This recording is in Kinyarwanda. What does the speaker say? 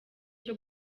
cyo